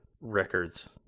records